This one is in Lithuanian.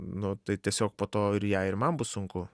nu tai tiesiog po to ir jai ir man bus sunku